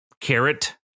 carrot